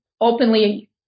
openly